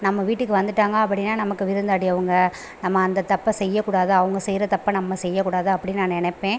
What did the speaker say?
நம்ம வீட்டுக்கு வந்துட்டாங்க அப்படினா நமக்கு விருந்தாளி அவங்க நம்ம அந்த தப்பை செய்யக்கூடாது அவங்க செய்கிற தப்பை நம்ம செய்யக்கூடாது அப்படினு நான் நினப்பேன்